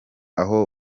aho